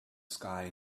sky